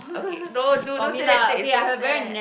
okay no dude don't say that that is so sad